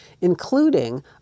including